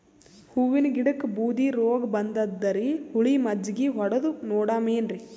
ಹೂವಿನ ಗಿಡಕ್ಕ ಬೂದಿ ರೋಗಬಂದದರಿ, ಹುಳಿ ಮಜ್ಜಗಿ ಹೊಡದು ನೋಡಮ ಏನ್ರೀ?